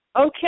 okay